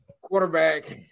quarterback